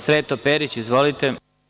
Sreto Perić, izvolite.